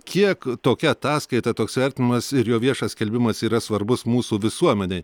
kiek tokia ataskaita toks vertinimas ir jo viešas skelbimas yra svarbus mūsų visuomenei